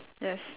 yes